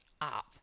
up